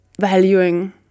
valuing